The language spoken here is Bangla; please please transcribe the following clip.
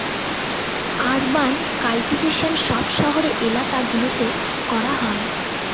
আরবান কাল্টিভেশন সব শহরের এলাকা গুলোতে করা হয়